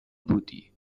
بودی